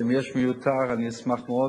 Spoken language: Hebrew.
אם יש מיותר, אני אשמח מאוד.